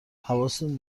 حواستون